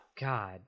god